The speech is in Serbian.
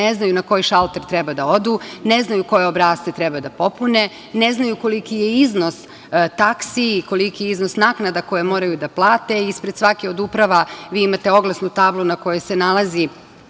ne znaju na koji šalter treba da odu, ne znaju koje obrasce treba da popune, ne znaju koliki je iznos taksi i koliki je iznos naknada koje moraju da plate. Ispred svake od uprava vi imate oglasnu tablu na kojoj se nalaze